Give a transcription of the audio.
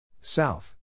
South